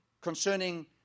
concerning